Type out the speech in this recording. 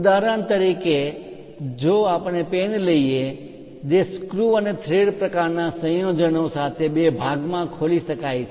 ઉદાહરણ તરીકે જો આપણે પેન લઈએ જે સ્ક્રુ અને થ્રેડ પ્રકારના સંયોજનો સાથે બે ભાગમાં ખોલી શકાય છે